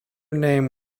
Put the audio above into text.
name